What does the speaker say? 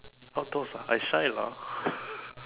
outdoors ah I shy lah